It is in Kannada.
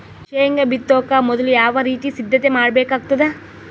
ಶೇಂಗಾ ಬಿತ್ತೊಕ ಮೊದಲು ಯಾವ ರೀತಿ ಸಿದ್ಧತೆ ಮಾಡ್ಬೇಕಾಗತದ?